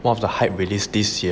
one of the hype release this year